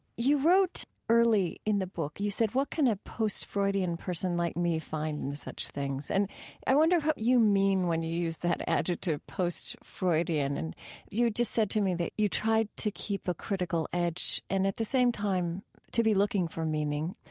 you wrote early in the book, you said, what can a post-freudian person like me find in such things? and i wonder what you mean when you you use that adjective post-freudian. and you just said to me that you tried to keep a critical edge and at the same time to be looking for meaning,